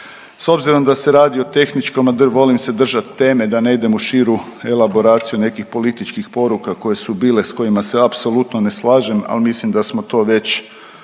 S obzirom da se radi o tehničkom, a volim se držat teme da ne idem u širu elaboraciju nekih političkih poruka koje su bile, s kojima se apsolutno ne slažem, al mislim da smo to već davno